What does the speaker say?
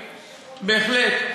בהחלט,